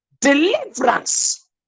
deliverance